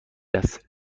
است